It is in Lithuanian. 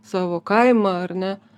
savo kaimą ar ne